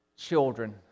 Children